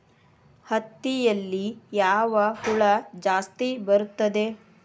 ಹತ್ತಿಯಲ್ಲಿ ಯಾವ ಹುಳ ಜಾಸ್ತಿ ಬರುತ್ತದೆ?